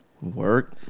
work